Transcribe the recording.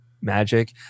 magic